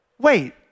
wait